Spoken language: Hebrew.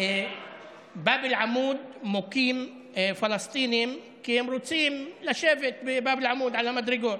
בבאב אל-עמוד מוכים פלסטינים כי הם רוצים לשבת בבאב אל-עמוד על המדרגות,